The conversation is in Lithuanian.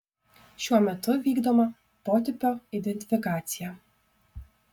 šiuo metu vykdoma potipio identifikacija